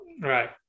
Right